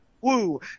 woo